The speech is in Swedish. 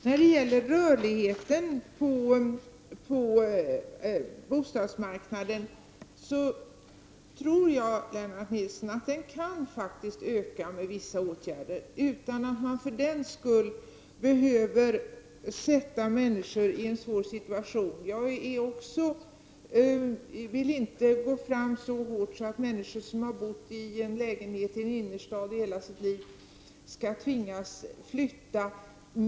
När det gäller rörligheten på bostadsmarknaden tror jag att den kan öka med vissa åtgärder, Lennart Nilsson, utan att man för den skull behöver försätta människor i en svår situation. Jag vill inte gå fram så hårt så att människor som bott i en lägenhet i innerstan i hela sitt liv skall tvingas flytta.